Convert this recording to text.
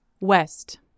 West